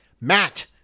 Matt